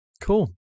Cool